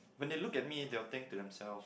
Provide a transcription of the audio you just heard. when they look at me they'll think to themselves